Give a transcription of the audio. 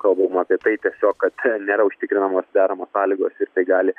kalbama apie tai tiesiog kad nėra užtikrinamos deramos sąlygos ir tai gali